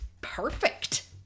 perfect